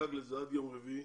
תדאג לזה עד יום רביעי,